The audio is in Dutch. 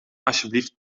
alsjeblieft